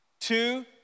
Two